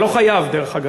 אתה לא חייב, דרך אגב.